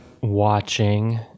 watching